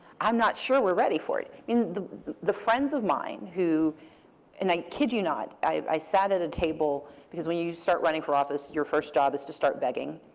i'm not sure we're ready for it. the the friends of mine who and i kid you not. i sat at a table because when you start running for office, your first job is to start begging.